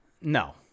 No